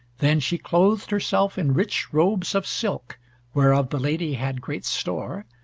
then she clothed herself in rich robes of silk whereof the lady had great store,